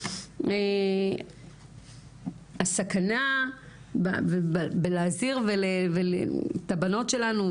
הסכנה בלהזהיר את הבנות שלנו,